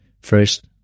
first